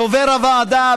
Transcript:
דובר הוועדה,